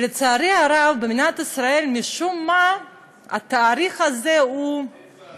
לצערי הרב, במדינת ישראל משום מה התאריך הזה לא